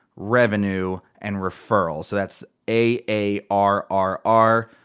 revenue, and referral. so that's a a r r r.